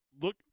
look